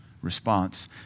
response